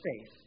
faith